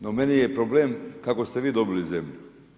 No, meni je problem kako ste vi dobili zemlju.